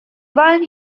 wollen